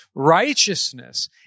Righteousness